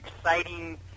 exciting